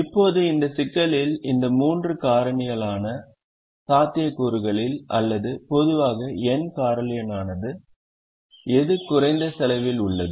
இப்போது இந்த சிக்கலில் இந்த மூன்று காரணியாலான சாத்தியக்கூறுகளில் அல்லது பொதுவாக n காரணியாலானது எது குறைந்த செலவில் உள்ளது